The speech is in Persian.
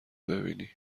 ببینی